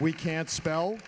we can't spell